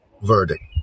verdict